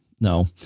no